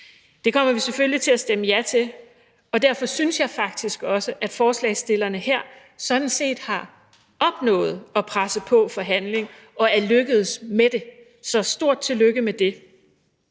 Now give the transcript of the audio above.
Det kommer vi selvfølgelig til at stemme ja til, og derfor synes jeg faktisk også, at forslagsstillerne her sådan set har opnået at presse på for handling og er lykkedes med det, så stort tillykke med det.